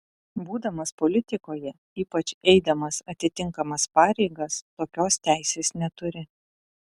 būdamas politikoje ypač eidamas atitinkamas pareigas tokios teisės neturi